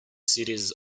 series